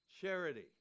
charity